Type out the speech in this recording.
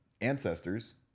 ancestors